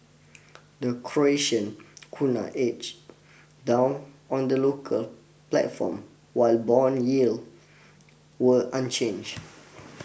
the Croatian Kuna edged down on the local platform while bond yield were unchanged